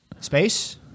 space